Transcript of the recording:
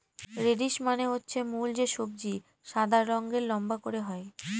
radish মানে হচ্ছে মূল যে সবজি সাদা রঙের লম্বা করে হয়